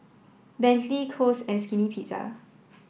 Bentley Kose and Skinny Pizza